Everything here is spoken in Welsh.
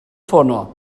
ffonio